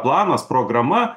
planas programa